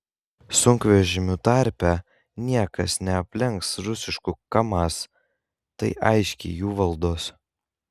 sunkvežimių tarpe niekas neaplenks rusiškų kamaz tai aiškiai jų valdos